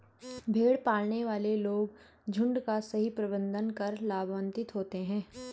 भेड़ पालने वाले लोग झुंड का सही प्रबंधन कर लाभान्वित होते हैं